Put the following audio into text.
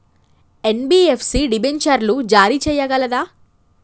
NBFC డిబెంచర్లు జారీ చేయగలదా?